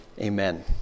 Amen